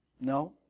No